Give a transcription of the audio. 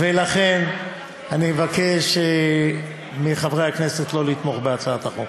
ולכן אני מבקש מחברי הכנסת לא לתמוך בהצעת החוק.